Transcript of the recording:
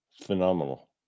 Phenomenal